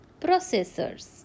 processors